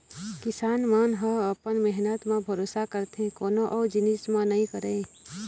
किसान मन ह अपन मेहनत म भरोसा करथे कोनो अउ जिनिस म नइ करय